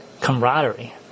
camaraderie